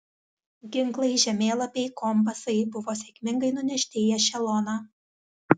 ginklai žemėlapiai kompasai buvo sėkmingai nunešti į ešeloną